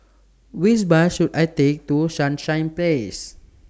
Which Bus should I Take to Sunshine Place